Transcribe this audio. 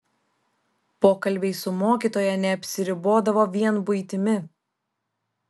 pokalbiai su mokytoja neapsiribodavo vien buitimi